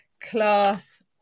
class